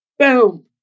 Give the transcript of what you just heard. Boom